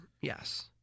yes